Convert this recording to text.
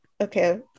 okay